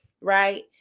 right